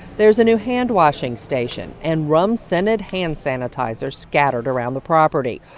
there's new handwashing station and rum-scented hand sanitizer scattered around the property,